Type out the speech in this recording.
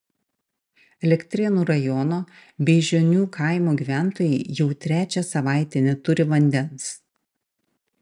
elektrėnų rajono beižionių kaimo gyventojai jau trečią savaitę neturi vandens